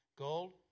Gold